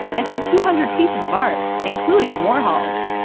and some two hundred pieces of art, including warhols.